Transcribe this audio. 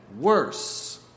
worse